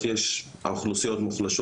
יש האוכלוסיות המוחלשות